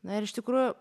na ir iš tikrųjų